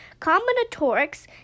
Combinatorics